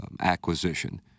acquisition